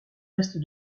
est